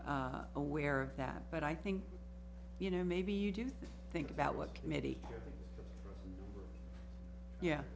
aware of that but i think you know maybe you do think about what committee yeah